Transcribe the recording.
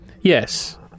Yes